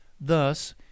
Thus